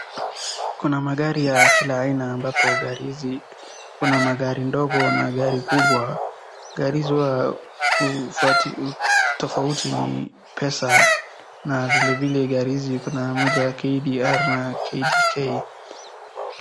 Kuna magari ya kila aina ambapo gari hizi kuna magari ndogo na gari kubwa. Gari hizi huwa tofauti ni pesa na vile vile gari hizi kuna moja ya KDR na KDK